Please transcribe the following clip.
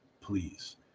please